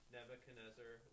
Nebuchadnezzar